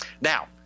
Now